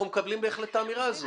אנחנו מקבלים בהחלט את האמירה הזאת.